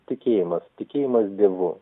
tikėjimas tikėjimas dievu